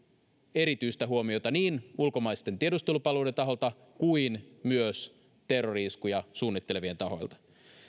erityistä huomiota niin ulkomaisten tiedustelupalveluiden taholta kuin myös terrori iskuja suunnittelevien taholta